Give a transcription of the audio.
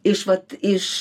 iš vat iš